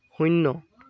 শূণ্য়